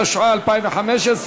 התשע"ה 2015,